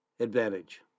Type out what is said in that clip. Advantage